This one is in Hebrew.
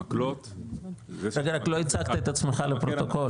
המקלות -- לא הצגת את עצמך לפרוטוקול.